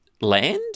land